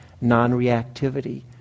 non-reactivity